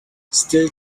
still